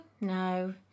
no